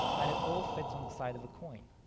and it all fits on the side of a coin.